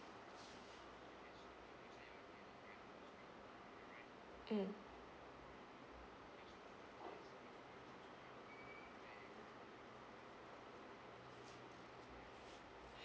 mm